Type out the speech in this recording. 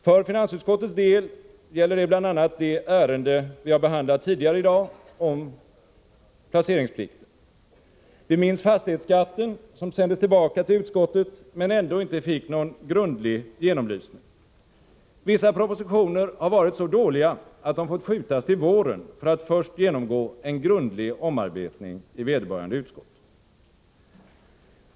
För finansutskottets del gäller det bl.a. det ärende vi har behandlat tidigare i dag om placeringsplikten. Vi minns ärendet om fastighetsskatten, som sändes tillbaka till utskottet men ändå inte fick någon grundlig genomlysning. Vissa propositioner har varit så dåliga att de fått skjutas till våren för att först genomgå en grundlig omarbetning i vederbörande utskott.